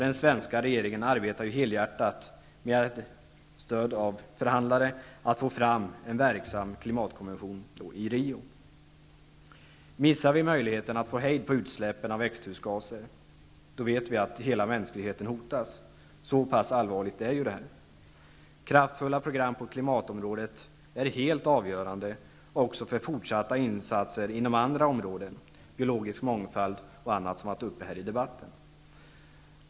Den svenska regeringen, med stöd av förhandlare, arbetar helhjärtat med att få fram en verksam klimatkonvention i Rio. Om vi missar möjligheten att få hejd på utsläppen av växthusgaser, då vet vi att hela mänskligheten hotas. Så pass allvarligt är detta. Kraftfulla program på klimatområdet är helt avgörande också för fortsatta insatser inom andra områden, t.ex. biologisk mångfald och annat som har tagits upp här i debatten.